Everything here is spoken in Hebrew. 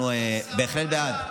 אנחנו בהחלט בעד.